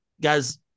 Guys